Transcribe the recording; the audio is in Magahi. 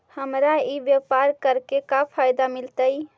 हमरा ई व्यापार करके का फायदा मिलतइ?